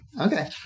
Okay